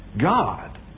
God